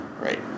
Right